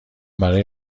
برای